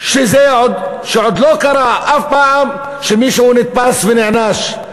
שעוד לא קרה אף פעם שמישהו נתפס ונענש?